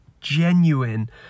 genuine